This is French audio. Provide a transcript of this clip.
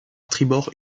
tribord